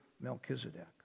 Melchizedek